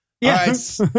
Yes